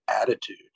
attitude